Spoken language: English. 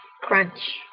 crunch